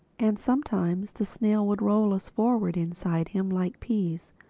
and sometimes the snail would roll us forward inside him like peas,